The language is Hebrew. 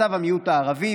מצב המיעוט הערבי,